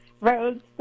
roads